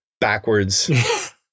backwards